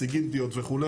הסיגיטניות וכו',